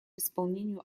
исполнению